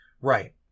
Right